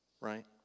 right